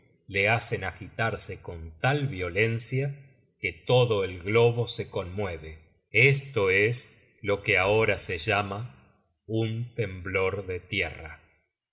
le hacen agitarse con tal violencia que todo el globo se conmueve esto es lo que ahora se llama un temblor de tierra